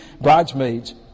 bridesmaids